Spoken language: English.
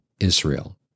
Israel